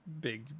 big